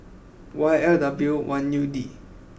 Y L W one U D